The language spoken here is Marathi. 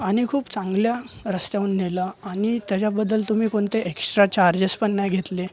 आणि खूप चांगल्या रस्त्यावरून नेलं आणि त्याच्याबद्दल तुम्ही कोणतेही एक्स्ट्रा चार्जेस पण नाही घेतले